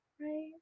right